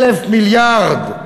1,000 מיליארד,